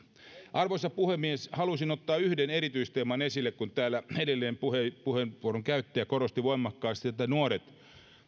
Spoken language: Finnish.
arvoisa puhemies halusin ottaa yhden erityisteeman esille kun täällä edellinen puheenvuoron käyttäjä korosti voimakkaasti että nuoret